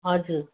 हजुर